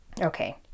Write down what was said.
Okay